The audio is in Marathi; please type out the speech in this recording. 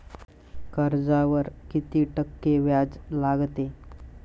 कर्जावर किती टक्के व्याज लागते?